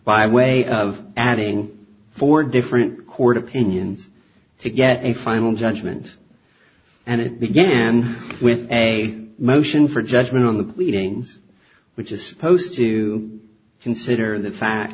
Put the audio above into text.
by way of adding four different court opinions to get a final judgment and it began with a motion for judgment on the pleadings which is supposed to consider the fa